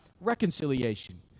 reconciliation